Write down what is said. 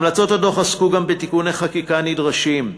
המלצות הדוח עסקו גם בתיקוני חקיקה נדרשים.